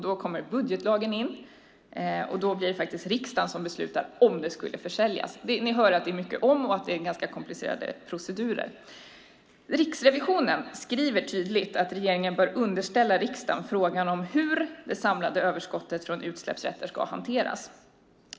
Då kommer budgetlagen in, och då blir det riksdagen som beslutar om de ska försäljas. Ni hör att det är mycket "om" och att det är ganska komplicerade procedurer. Riksrevisionen skriver tydligt att regeringen bör underställa riksdagen frågan om hur det samlade överskottet från utsläppsrätter ska hanteras.